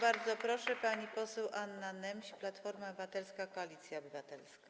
Bardzo proszę, pani poseł Anna Nemś, Platforma Obywatelska - Koalicja Obywatelska.